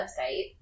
website